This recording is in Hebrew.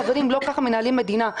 חברים, לא כך מנהלים מדינה.